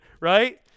right